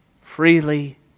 freely